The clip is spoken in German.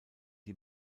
die